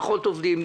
פחות עובדים,